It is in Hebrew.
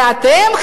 ואתם,